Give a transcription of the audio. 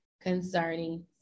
concerning